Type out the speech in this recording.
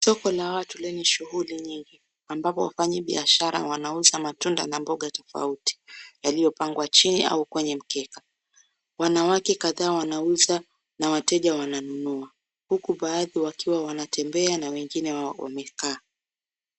Soko la watu lenye shughuli nyingi ambapo wafanyi biashara wanauza matunda na mboga tofauti yaliyopangwa chini au kwenye mkeka. Wanawake kadhaa wanauza na wateja wananunua huku baadhi wakiwa wanatembea na wengine 𝑤𝑎𝑜 wamekaa.